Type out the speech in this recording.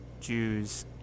Jews